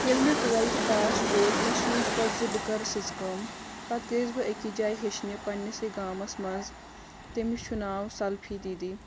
ییٚلہِ مےٚ twelfth pass کوٚر مےٚ سوٗنٛچ پَتہٕ زِ بہٕ کَرٕ سٕژ کٲم پَتہٕ گٔیَس بہٕ أکِس جایہِ ہیٚچھنہِ پنٛنہِ سٕے گامَس منٛز تٔمِس چھُ ناو سَلفی دیٖدی